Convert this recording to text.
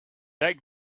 that